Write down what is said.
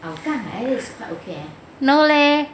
no leh